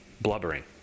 blubbering